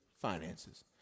finances